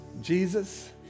Jesus